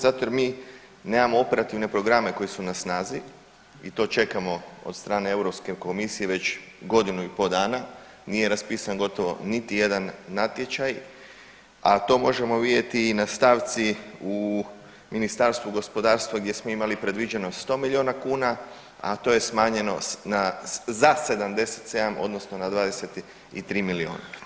Zato jer mi nemamo operativne programe koji su na snazi i to čekamo od strane Europske komisije već godinu i po dana, nije raspisan gotovo niti jedan natječaj, a to možemo vidjeti i na stavi u Ministarstvu gospodarstva gdje smo imali predviđeno 100 milijuna kuna, a to je smanjeno na, za 77 odnosno na 23 miliona.